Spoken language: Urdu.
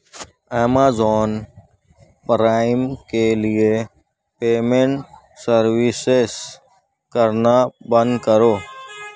امیزون پرائم کے لیے پیمنٹ سروسیس کرنا بند کرو